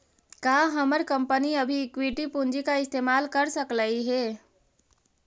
का हमर कंपनी अभी इक्विटी पूंजी का इस्तेमाल कर सकलई हे